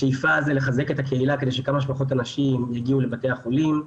השאיפה זה לחזק את הקהילה כדי שכמה פחות אנשים יגיעו לבתי החולים,